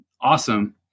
awesome